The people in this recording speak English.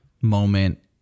moment